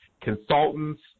consultants